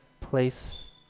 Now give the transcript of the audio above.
place